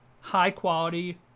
high-quality